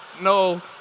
No